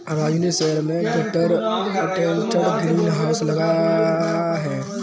राजू ने शहर में गटर अटैच्ड ग्रीन हाउस लगाया है